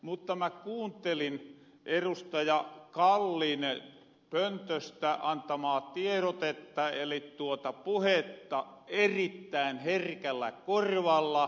mutta mä kuuntelin erustaja kallin pöntöstä antamaa tiedotetta eli puhetta erittäin herkällä korvalla